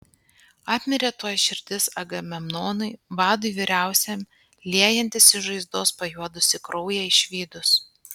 apmirė tuoj širdis agamemnonui vadui vyriausiam liejantis iš žaizdos pajuodusį kraują išvydus